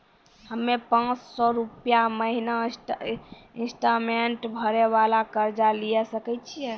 हम्मय पांच सौ रुपिया महीना इंस्टॉलमेंट भरे वाला कर्जा लिये सकय छियै?